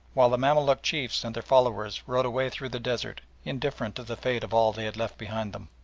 while the mamaluk chiefs and their followers rode away through the desert indifferent to the fate of all they had left behind them.